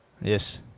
Yes